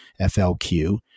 FLQ